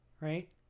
Right